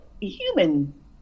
human